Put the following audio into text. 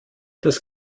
das